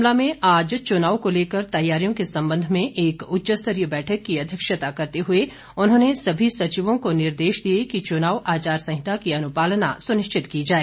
शिमला में आज चुनाव को लेकर तैयारियों के संबंध में एक उच्च स्तरीय बैठक की अध्यक्षता करते हुए उन्होंने सभी सचिवों को निर्देश दिए कि चुनाव आचार संहिता की अनुपालना सुनिश्चित की जाए